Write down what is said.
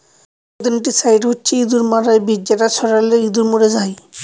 rodenticide হচ্ছে ইঁদুর মারার বিষ যেটা ছড়ালে ইঁদুর মরে যায়